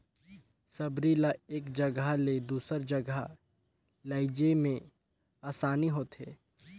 सबरी ल एक जगहा ले दूसर जगहा लेइजे मे असानी होथे